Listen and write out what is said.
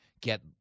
Get